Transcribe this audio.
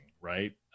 right